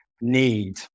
need